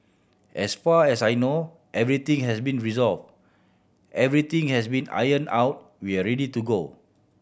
as far as I know everything has been resolved everything has been ironed out we are ready to go